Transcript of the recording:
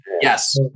yes